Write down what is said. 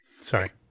Sorry